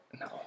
No